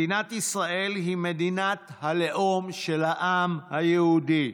מדינת ישראל היא מדינת הלאום של העם היהודי.